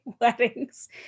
weddings